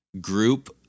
group